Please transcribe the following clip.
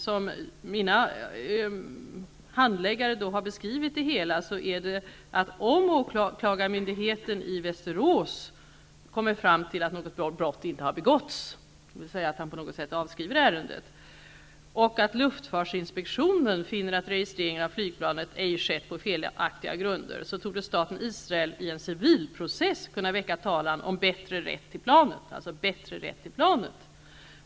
Som mina handläggare har beskrivit det hela är det så, att om åklagarmyndigheten i Västerås kommer fram till att något brott inte har begåtts, dvs. om han på något sätt avskriver ärendet, och om luftfartsinspektionen finner att registreringen av flygplanet ej skett på felaktiga grunder, torde staten Israel i en civilprocess kunna väcka talan om bättre rätt till planet.